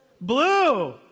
blue